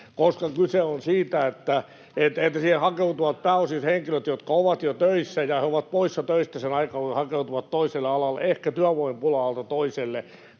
koska kyse on siitä, että siihen hakeutuvat pääosin henkilöt, jotka ovat jo töissä, ja he ovat poissa töistä sinä aikana, kun hakeutuvat toiselle alalle — ehkä työvoimapula-alalta toiselle.